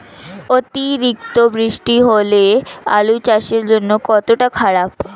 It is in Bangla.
অতিরিক্ত বৃষ্টি হলে আলু চাষের জন্য কতটা খারাপ?